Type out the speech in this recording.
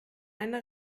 eine